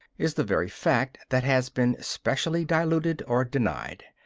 is the very fact that has been specially diluted or denied.